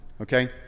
Okay